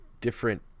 different